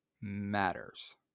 matters